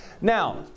now